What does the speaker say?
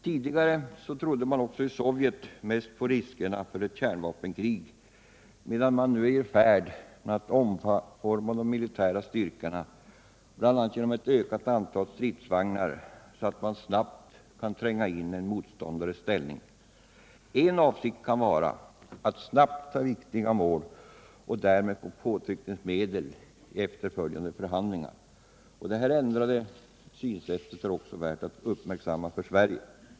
Tidigare trodde man också i Sovjet mest på riskerna för ett kärnvapenkrig, medan man nu är i färd med att omforma de militära styrkorna, bl.a. genom ett ökat antal stridsvagnar, så att man snabbt kan tränga in i en motståndares ställningar. En avsikt kan vara att snabbt ta viktiga måloch därmed få påtryckningsmedel i efterföljande förhandlingar. Detta ändrade synsätt är värt att uppmärksamma även för oss i Sverige.